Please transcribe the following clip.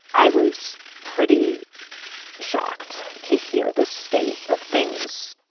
i was pretty shocked to hear the state of things.